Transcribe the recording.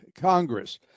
Congress